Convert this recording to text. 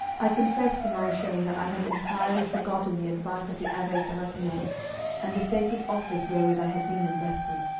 i confess to my shame that i had entirely forgotten the advice of the abbe serapion and the sacred office wherewith i had been invested.